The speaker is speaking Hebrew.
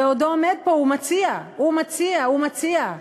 בעודו עומד פה ומציע, ומציע, ומציע,